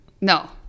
no